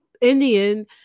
Indian